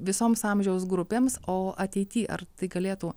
visoms amžiaus grupėms o ateity ar tai galėtų